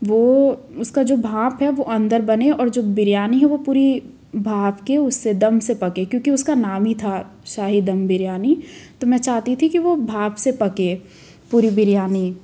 वो उसका जो भाप है वो अंदर बने और जो बिरयानी है वो पूरी भाप के उससे दम से पके क्योंकि उसका नाम ही था शाही दम बिरयानी तो मैं चाहती थी कि वो भाप से पके पूरी बिरयानी